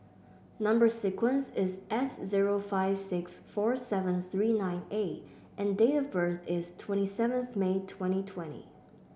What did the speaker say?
number sequence is S zero five six four seven three nine A and date of birth is twenty seventh May twenty twenty